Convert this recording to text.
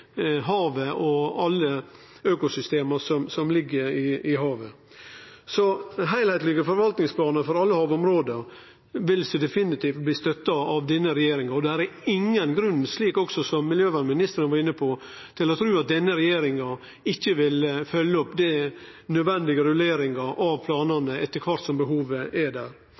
havet – og alle økosystema som ligg i havet – faktisk er. Så heilskaplege forvaltningsplanar for alle havområda vil så definitivt bli støtta av denne regjeringa, og det er ingen grunn, slik også klima- og miljøministeren var inne på, til å tru at denne regjeringa ikkje vil følgje opp den nødvendige rulleringa av planane etter kvart som behovet er der.